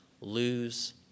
lose